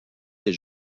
les